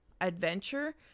adventure